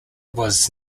was